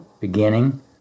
beginning